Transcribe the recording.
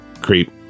creep